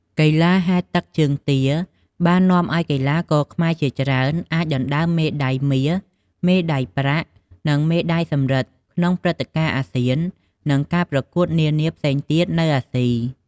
កីឡាហែលទឹកជើងទាបាននាំឱ្យកីឡាករខ្មែរជាច្រើនអាចដណ្តើមបានមេដាយមាស មេដាយប្រាក់ និងមេដាយសំរឹទ្ធក្នុងព្រឹត្តិការណ៍អាស៊ាន និងការប្រកួតនានាផ្សេងទៀតនៅអាស៊ី។